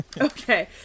okay